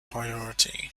priority